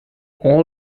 all